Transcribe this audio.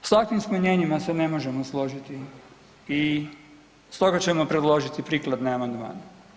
S takvim smanjenjima se ne možemo složiti i stoga ćemo predložiti prikladne amandmane.